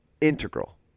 integral